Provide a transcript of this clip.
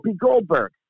Goldberg